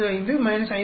45 5